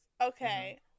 Okay